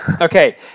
Okay